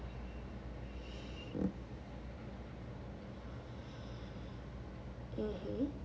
mmhmm